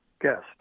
guest